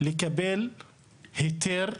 לקבל היתר.